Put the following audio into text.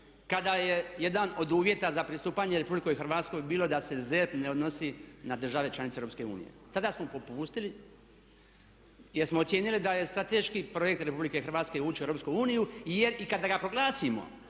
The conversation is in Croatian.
kada je jedan od uvjeta za pristupanje RH bilo da se ZERP ne odnosi na države članice EU. Tada smo popustili jer smo ocijenili da je strateški projekt Republike Hrvatske ući u Europsku uniju. Jer i kada ga proglasimo,